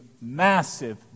massive